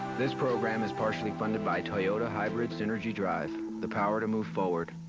this program is partially funded by toyota hybrid synergy drive the power to move forward.